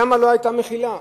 שם לא היתה מחילה,